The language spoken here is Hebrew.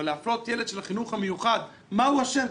אבל להפלות ילד של החינוך המיוחד מה הוא אשם?